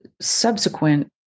subsequent